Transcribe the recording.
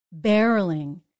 barreling